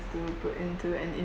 to put into and